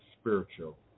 spiritual